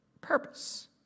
purpose